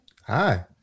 Hi